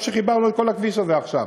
גם כשחיברנו את כל הכביש הזה עכשיו